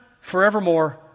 forevermore